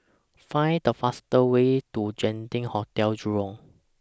Find The fastest Way to Genting Hotel Jurong